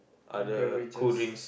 other cold drinks